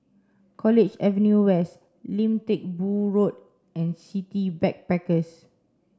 College Avenue West Lim Teck Boo Road and City Backpackers